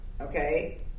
Okay